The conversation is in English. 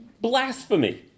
blasphemy